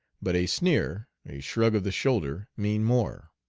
but a sneer, a shrug of the shoulder, mean more.